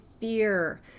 fear